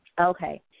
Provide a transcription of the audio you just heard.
Okay